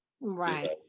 right